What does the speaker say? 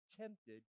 tempted